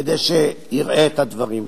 כדי שיראה את הדברים.